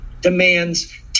demands